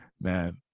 man